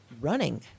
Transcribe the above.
running